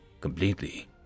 completely